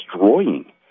destroying